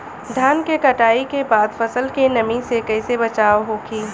धान के कटाई के बाद फसल के नमी से कइसे बचाव होखि?